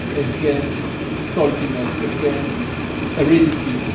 against saltiness, against aridity,